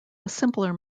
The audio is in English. simpler